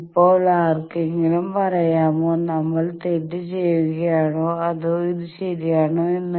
ഇപ്പോൾ ആർക്കെങ്കിലും പറയാമോ നമ്മൾ തെറ്റ് ചെയ്യുകയാണോ അതോ ഇത് ശരിയാണോ എന്ന്